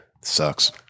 Sucks